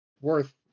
worth